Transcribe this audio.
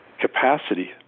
capacity